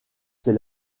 c’est